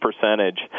percentage